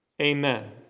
Amen